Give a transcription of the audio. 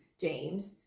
James